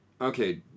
Okay